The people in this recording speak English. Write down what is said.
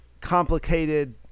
complicated